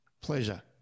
Pleasure